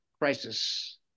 crisis